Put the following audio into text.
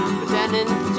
Pretending